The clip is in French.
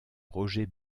roger